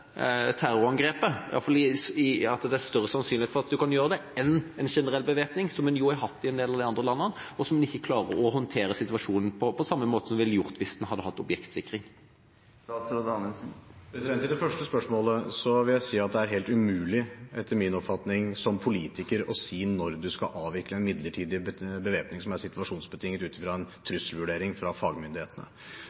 terrorangrepet. Iallfall er det større sannsynlighet for at en kan hindre det, enn ved en generell bevæpning, som en jo har hatt i en del av de andre landene, og der en ikke klarer å håndtere situasjonen på samme måte som en ville gjort hvis en hadde hatt objektsikring. Til det første spørsmålet vil jeg si at det er helt umulig, etter min oppfatning, som politiker å si når du skal avvikle en midlertidig bevæpning som er situasjonsbetinget ut fra en trusselvurdering fra fagmyndighetene.